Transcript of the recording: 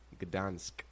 Gdansk